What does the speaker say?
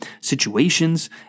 situations